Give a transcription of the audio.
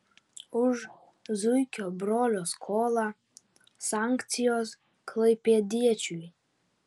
už zuikio brolio skolą sankcijos klaipėdiečiui